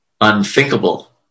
unthinkable